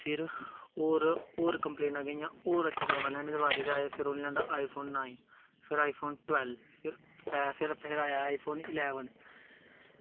फिर होर कंपलेनां हियां होर अच्छा कैमरा लेआने दे बारे च उ'नें फिर लेआंदा आई फोन नाइन फिर टवैल्व फिर आया आई फोन इलैवन